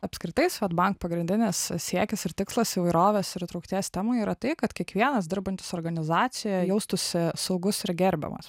apskritai swedbank pagrindinis siekis ir tikslas įvairovės ir įtraukties temoj yra tai kad kiekvienas dirbantis organizacijoj jaustųsi saugus ir gerbiamas